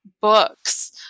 books